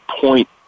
point